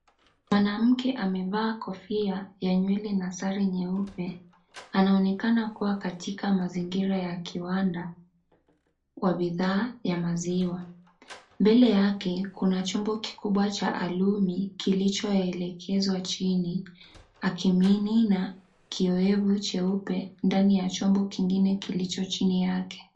Mwanamke amevaa kofia ya nywele na sare nyeupe anaonekana kuwa katika mazingira ya kiwanda wa bidhaa ya maziwa . Mbele yake kuna chombo kikubwa cha alumi kilichoelekezwa chini akimimina kioevu cheupe ndani chombo kingine kilicho chini yake.